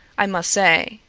i must say.